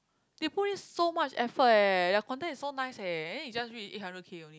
they put in so much effort eh their contain is so nice eh then it's just reach eight hundred K only